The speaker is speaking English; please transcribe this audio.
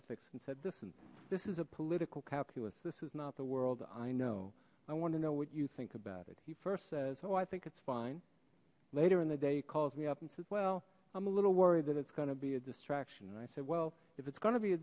ethics and said listen this is a political calculus this is not the world i know i want to know what you think about it he first said so i think it's fine later in the day calls me up and said well i'm a little worried that it's gonna be a distraction and i said well if it's going to be a